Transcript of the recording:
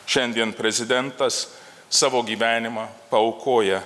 šiandien prezidentas savo gyvenimą paaukoja